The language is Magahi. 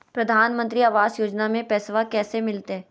प्रधानमंत्री आवास योजना में पैसबा कैसे मिलते?